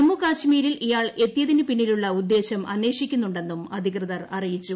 ജമ്മുകാശ്മീരിൽ ഇയാൾ എത്തിയതിന് പിന്നിലുള്ള ഉദ്ദേശൃം അന്വേഷിക്കുന്നുണ്ടെന്നും അധികൃതർ അറിയിച്ചു